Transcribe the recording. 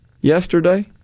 yesterday